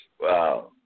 Wow